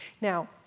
Now